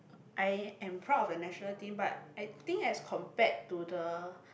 I am proud of the national team but I think as compared to the